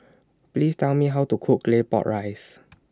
Please Tell Me How to Cook Claypot Rice